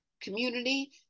community